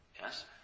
Yes